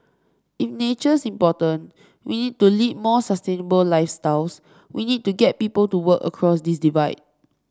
if nature's important we need to lead more sustainable lifestyles we need to get people to work across this divide